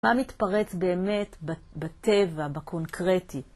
מה מתפרץ באמת בטבע, בקונקרטי?